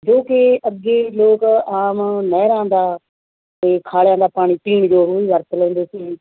ਕਿਉਂਕਿ ਅੱਗੇ ਲੋਕ ਆਮ ਨਹਿਰਾਂ ਦਾ ਅਤੇ ਖਾਲਿਆਂ ਦਾ ਪਾਣੀ ਪੀਣ ਯੋਗ ਉਹਨੂੰ ਵਰਤ ਲੈਂਦੇ ਸੀ